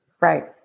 Right